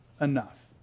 enough